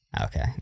okay